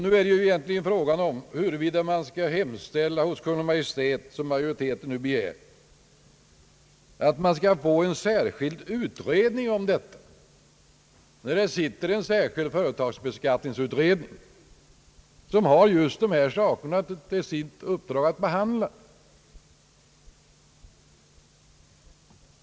Nu önskar majoriteten att vi skall hemställa hos Kungl. Maj:t om att få till stånd en särskild utredning om detta, fastän det redan sitter en särskild företagsbeskattningsutredning, som har i uppdrag att behandla dessa saker.